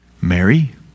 Mary